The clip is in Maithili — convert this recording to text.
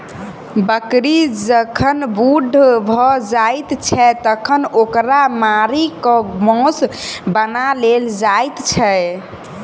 बकरी जखन बूढ़ भ जाइत छै तखन ओकरा मारि क मौस बना लेल जाइत छै